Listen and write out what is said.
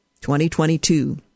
2022